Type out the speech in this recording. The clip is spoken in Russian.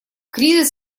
кризис